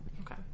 Okay